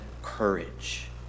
courage